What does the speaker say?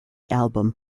album